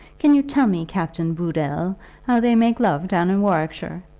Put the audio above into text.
can you tell me, captain booddle, how they make love down in warwickshire?